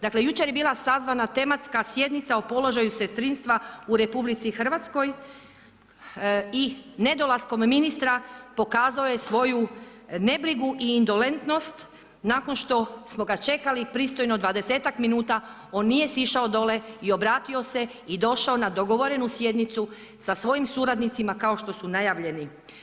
Dakle jučer je bila sazvana tematska sjednica o položaju sestrinstva u RH i nedolaskom ministra pokazao je svoju ne brigu i indolentnost nakon što smo ga čekali pristojno 20-ak minuta, on nije sišao dolje i obratio se i došao na dogovorenu sjednicu sa svojim suradnicima i najavljeni.